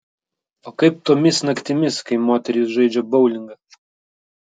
o kaip tomis naktimis kai moterys žaidžia boulingą